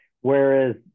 whereas